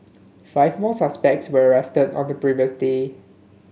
five more suspects were arrested on the previous day